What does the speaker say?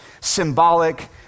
symbolic